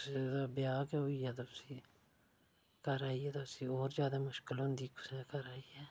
जेह्दा ब्याह् ते होई गेआ उसी घर आइयै ते उसी होर ज्यादा मुश्कल होंदी कुसै दे घर आइयै